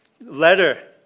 letter